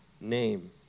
name